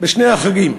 בשני החגים,